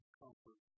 comfort